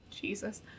Jesus